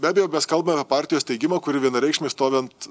be abejo mes kalbam apie partijos steigimą kuri vienareikšmiai stovi ant